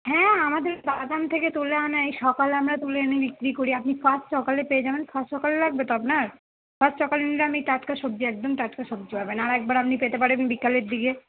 হ্যাঁ আমাদের বাগান থেকে তুলে আনা এই সকালে আমরা তুলে এনে বিক্রি করি আপনি ফার্স্ট সকালে পেয়ে যাবেন ফার্স্ট সকালে লাগবে তো আপনার ফার্স্ট সকালে নিলে আপনি টাটকা সবজি একদম টাটকা সবজি পাবেন আর একবার আপনি পেতে পারেন বিকালের দিকে